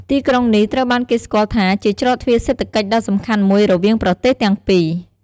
ទីក្រុងនេះត្រូវបានគេស្គាល់ថាជាច្រកទ្វារសេដ្ឋកិច្ចដ៏សំខាន់មួយរវាងប្រទេសទាំងពីរ។